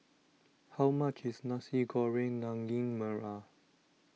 how much is Nasi Goreng Daging Merah